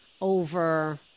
over